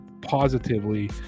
positively